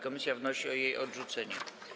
Komisja wnosi o jej odrzucenie.